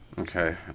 Okay